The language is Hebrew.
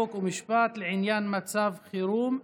חוק ומשפט לעניין מצב חירום.